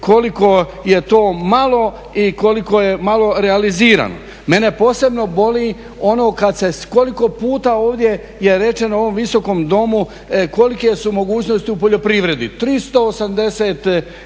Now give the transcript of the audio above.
koliko je to malo i koliko je malo realizirano. Mene posebno boli ono kad se koliko puta ovdje je rečeno u ovom Visokom domu kolike su mogućnosti u poljoprivredi. 380